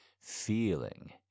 feeling